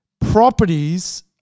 properties